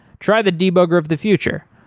try the debugger of the future,